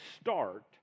start